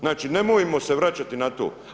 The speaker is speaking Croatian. Znači nemojmo se vraćati na to.